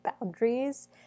boundaries